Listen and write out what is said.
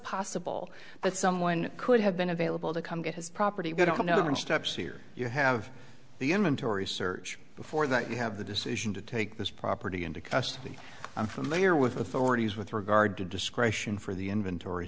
possible that someone could have been available to come get his property we don't know the steps here you have the inventory search before that you have the decision to take this property into custody i'm familiar with authorities with regard to discretion for the inventory